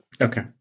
Okay